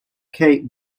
cape